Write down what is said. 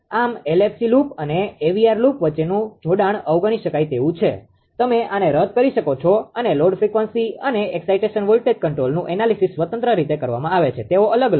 આમ LFC loop અને AVR loop વચ્ચેનું જોડાણ અવગણી શકાય તેવું છે તમે આને રદ કરો છો અને લોડ ફ્રિકવન્સી અને એક્સાઈટેશન વોલ્ટેજ કંટ્રોલનુ એનાલિસીસanalyzedવિશ્લેષણ સ્વતંત્ર રીતે કરવામાં આવે છે તેઓ અલગ છે અને તે અલગ છે